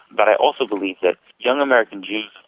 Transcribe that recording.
but i also believe that young american jews,